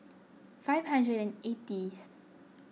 five hundred and eightieth